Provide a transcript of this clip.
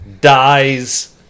dies